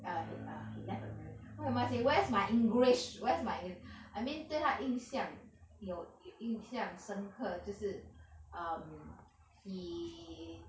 err he err he left a mem~ what am I saying where's my english where's my I mean 对他影响有有影响深刻就是 um he